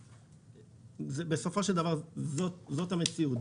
בסופו של דבר זאת המציאות,